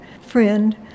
friend